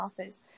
office